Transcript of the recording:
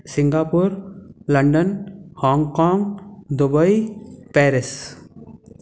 Singapore London Hong Kong Dubai Paris